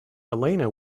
elena